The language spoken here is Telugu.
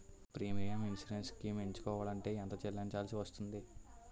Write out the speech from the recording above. ప్రీమియం ఇన్సురెన్స్ స్కీమ్స్ ఎంచుకోవలంటే ఎంత చల్లించాల్సివస్తుంది??